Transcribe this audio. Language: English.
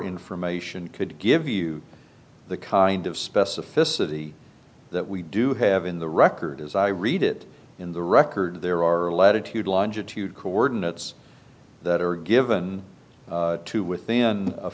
information could give you the kind of specificity that we do have in the record as i read it in the record there are latitude longitude coordinates that are given to within a